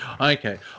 okay